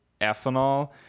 ethanol